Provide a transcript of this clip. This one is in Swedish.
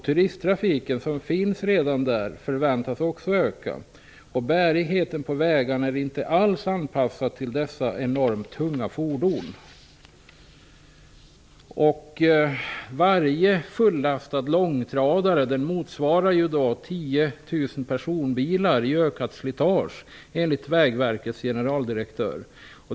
Turisttrafiken, som redan finns där, förväntas också öka. Vägarnas bärighet är inte alls anpassad till dessa enormt tunga fordon. Varje fullastad långtradare motsvarar 10 000 personbilar i ökat slitage, enligt Vägverkets generaldirektör.